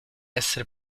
essere